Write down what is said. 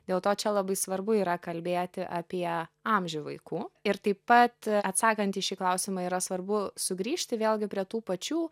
dėl to čia labai svarbu yra kalbėti apie amžių vaikų ir taip pat atsakant į šį klausimą yra svarbu sugrįžti vėlgi prie tų pačių